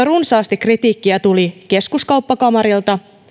runsaasti kritiikkiä tuli keskuskauppakamarilta